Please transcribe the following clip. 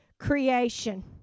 creation